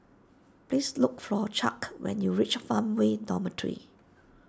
please look for Chuck when you reach Farmway Dormitory